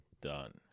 done